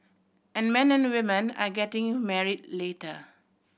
and men and women are getting married later